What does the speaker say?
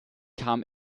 kam